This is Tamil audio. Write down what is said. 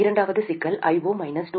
இரண்டாவது சிக்கல் I0 மைனஸ் 2